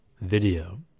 Video